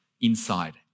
inside